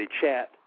chat